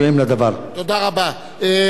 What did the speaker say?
מי פה הבכיר?